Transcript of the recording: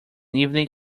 evening